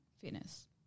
fitness